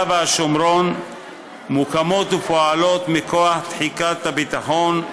והשומרון מוקמות ופועלות מכוח תחיקת הביטחון,